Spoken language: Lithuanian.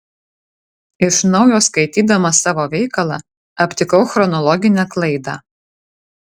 iš naujo skaitydamas savo veikalą aptikau chronologinę klaidą